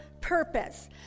purpose